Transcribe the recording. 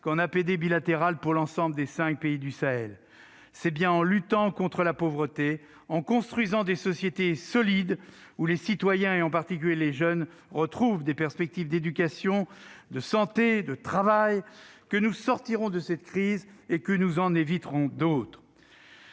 qu'en APD bilatérale pour l'ensemble des 5 pays du Sahel. C'est bien en luttant contre la pauvreté et en construisant des sociétés solides, où les citoyens, en particulier les jeunes, retrouvent des perspectives d'éducation, de santé et de travail, que nous sortirons de cette crise et que nous en éviterons d'autres.